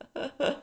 (uh huh)